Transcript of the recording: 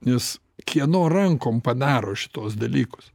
nes kieno rankom padaro šituos dalykus